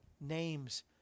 name's